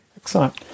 Excellent